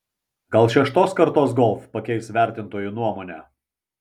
gal šeštos kartos golf pakeis vertintojų nuomonę